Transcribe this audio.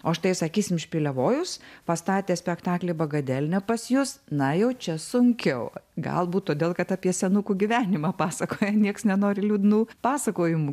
o štai sakysim špilevojus pastatė spektaklį bagadelnia pas jus na jau čia sunkiau galbūt todėl kad apie senukų gyvenimą pasakoja nieks nenori liūdnų pasakojimų